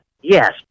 Yes